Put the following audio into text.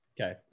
Okay